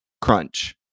crunch